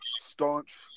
staunch